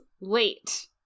late